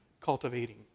cultivating